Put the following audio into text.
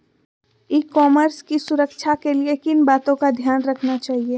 ई commerce की सुरक्षा के लिए किन बातों का ध्यान रखना चाहिए?